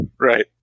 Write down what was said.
Right